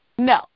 No